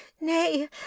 nay